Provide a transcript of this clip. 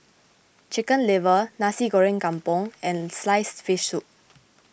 Chicken Liver Nasi Goreng Kampung and Sliced Fish Soup